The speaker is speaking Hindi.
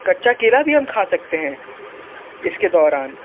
कच्चा केला भी हम खा सकते हैं इसके दौरान